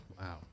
Wow